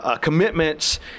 commitments